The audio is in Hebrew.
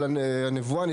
אבל הנבואה,